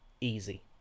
Easy